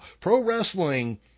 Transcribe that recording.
Pro-wrestling